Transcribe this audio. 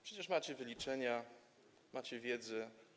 Przecież macie wyliczenia, macie wiedzę.